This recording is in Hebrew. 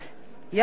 יחד עם זאת,